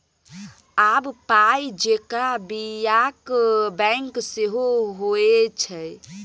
आब पाय जेंका बियाक बैंक सेहो होए छै